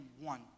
one